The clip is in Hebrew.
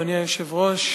אדוני היושב-ראש,